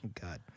God